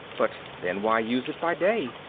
but then why use it by day?